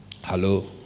Hello